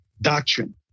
doctrine